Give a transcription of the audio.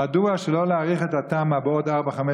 מדוע שלא להאריך את התמ"א בעוד ארבע-חמש